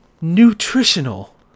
nutritional